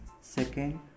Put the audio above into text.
second